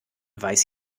weiß